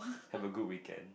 have a good week end